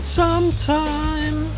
sometime